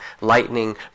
lightning